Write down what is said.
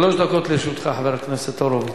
שלוש דקות לרשותך, חבר הכנסת הורוביץ.